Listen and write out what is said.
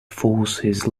forces